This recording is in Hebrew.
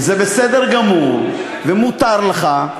וזה בסדר גמור, ומותר לך,